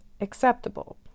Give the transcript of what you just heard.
acceptable